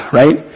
right